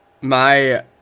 my-